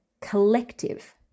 collective